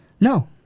No